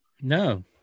No